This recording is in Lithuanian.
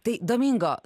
tai domingo